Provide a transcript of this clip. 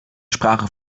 sprache